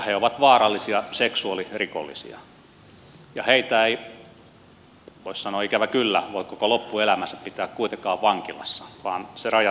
he ovat vaarallisia seksuaalirikollisia ja heitä ei voi sanoa ikävä kyllä voi koko loppuelämäänsä pitää kuitenkaan vankilassa vaan se raja tulee vastaan